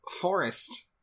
Forest